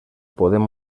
podem